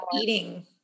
eating